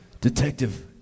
Detective